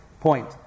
point